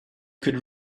could